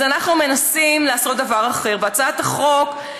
אז אנחנו מנסים לעשות דבר אחר: בהצעת החוק,